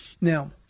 Now